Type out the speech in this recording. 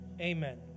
Amen